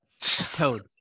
Toad